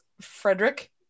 Frederick